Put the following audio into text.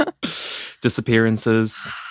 disappearances